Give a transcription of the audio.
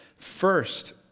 First